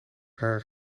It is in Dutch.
haar